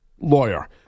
Lawyer